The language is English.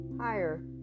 higher